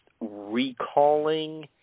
recalling